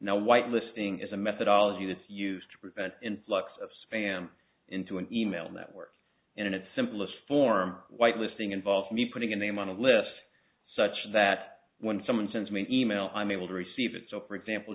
now white listing is a methodology that's used to prevent influx of spam into an e mail network and in its simplest form white listing involves me putting a name on a list such that when someone sends me an email i'm able to receive it so for example